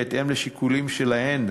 בהתאם לשיקולים שלהן,